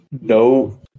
No